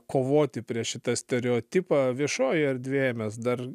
kovoti prieš šitą stereotipą viešojoje erdvėje mes dar